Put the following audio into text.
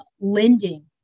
lending